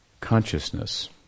consciousness